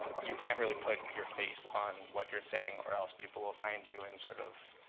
you can't really put your face on what you're saying, or else people will find you and sort of